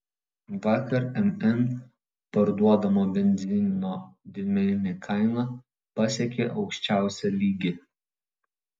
vakar mn parduodamo benzino didmeninė kaina pasiekė aukščiausią lygį